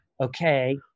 okay